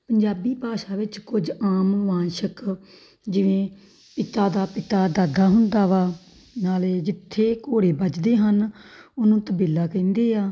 ਪੰਜਾਬੀ ਭਾਸ਼ਾ ਵਿੱਚ ਕੁਝ ਆਮ ਵਾਕਾਂਸ਼ ਜਿਵੇਂ ਪਿਤਾ ਦਾ ਪਿਤਾ ਦਾਦਾ ਹੁੰਦਾ ਵਾ ਨਾਲੇ ਜਿੱਥੇ ਘੋੜੇ ਬੱਝਦੇ ਹਨ ਉਹਨੂੰ ਤਬੇਲਾ ਕਹਿੰਦੇ ਆ